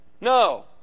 No